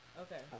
Okay